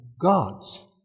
gods